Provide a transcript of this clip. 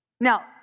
Now